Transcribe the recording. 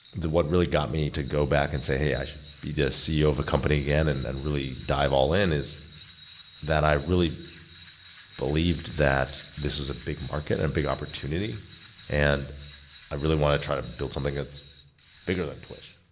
what really got me to go back and say, hey, i should be the ceo of a company again, and and really dive all in, is that i really believed that this was a big market and big opportunity and i really want to try to build something that's bigger than twitch.